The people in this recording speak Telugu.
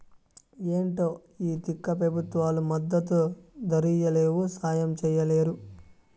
ఏంటో ఈ తిక్క పెబుత్వాలు మద్దతు ధరియ్యలేవు, సాయం చెయ్యలేరు